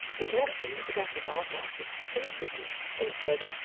the gentleman put up his eye-glasses to look at me and said,